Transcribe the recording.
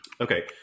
Okay